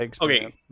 okay